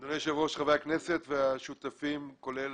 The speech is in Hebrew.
אדוני היושב ראש, חברי הכנסת והשותפים כולל